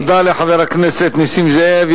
תודה לחבר הכנסת נסים זאב.